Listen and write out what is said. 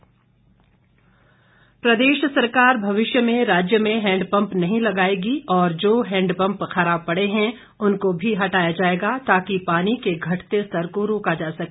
महेंद्र सिंह प्रदेश सरकार भविष्य में राज्य में हैंडपम्प नहीं लगाएगी और जो हैंडपम्प खराब पड़े हैं उनको भी हटाया जाएगा ताकि पानी के घटते स्तर को रोका जा सके